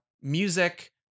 Music